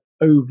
over